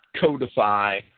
codify